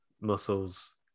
muscles